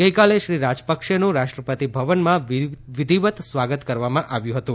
ગઈકાલે શ્રી રાજપક્ષેનું રાષ્ટ્રપતિ ભવનમાં વિધીવ ત સ્વાગત કરવામાં આવ્યુ હતુ